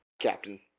Captain